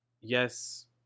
yes